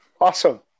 Awesome